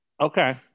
okay